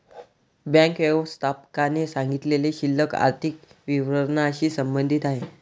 bank व्यवस्थापकाने सांगितलेली शिल्लक आर्थिक विवरणाशी संबंधित आहे